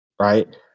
Right